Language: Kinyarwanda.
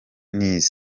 nize